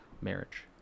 marriage